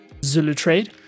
ZuluTrade